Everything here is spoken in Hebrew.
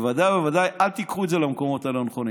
אבל בוודאי ובוודאי אל תיקחו את זה למקומות הלא-נכונים.